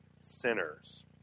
sinners